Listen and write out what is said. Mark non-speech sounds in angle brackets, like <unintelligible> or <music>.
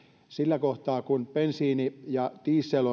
sillä kohtaa kun bensiini ja diesel <unintelligible>